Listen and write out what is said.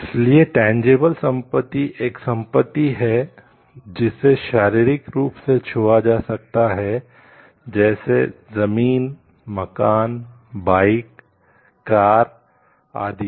इसलिए टेन्जबल आदि